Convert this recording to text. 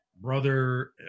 brother